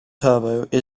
turbo